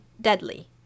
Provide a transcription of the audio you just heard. deadly